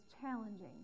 challenging